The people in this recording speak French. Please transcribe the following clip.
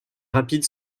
rapides